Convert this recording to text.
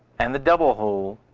and the double hole,